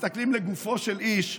מסתכלים לגופו של איש.